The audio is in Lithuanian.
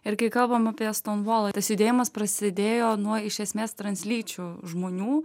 ir kai kalbam apie stonvolą tas judėjimas prasidėjo nuo iš esmės translyčių žmonių